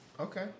Okay